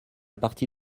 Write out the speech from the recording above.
partie